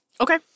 Okay